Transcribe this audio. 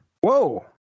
Whoa